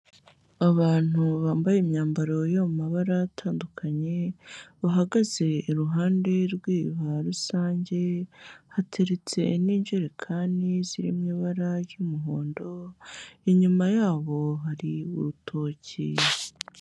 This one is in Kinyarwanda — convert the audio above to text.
Abantu bambaye imyambaro yo mu mabara atandukanye, bahagaze iruhande rw'iriba rusange, hateretse n'injerekani ziri mu ibara ry'umuhondo, inyuma yabo hari urutoki.